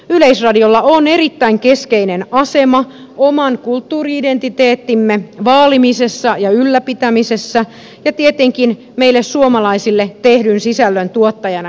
yleisradiolla on erittäin keskeinen asema oman kulttuuri identiteettimme vaalimisessa ja ylläpitämisessä ja tietenkin meille suomalaisille tehdyn sisällön tuottajana ja tilaajana